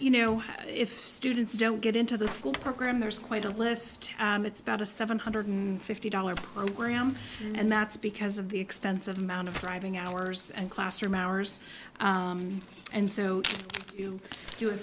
you know if students don't get into the school program there's quite a list it's about a seven hundred fifty dollars program and that's because of the extensive amount of driving hours and classroom hours and so you do a